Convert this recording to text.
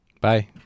bye